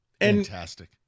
Fantastic